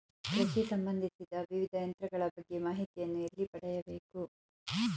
ಕೃಷಿ ಸಂಬಂದಿಸಿದ ವಿವಿಧ ಯಂತ್ರಗಳ ಬಗ್ಗೆ ಮಾಹಿತಿಯನ್ನು ಎಲ್ಲಿ ಪಡೆಯಬೇಕು?